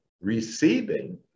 receiving